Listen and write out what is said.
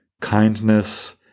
kindness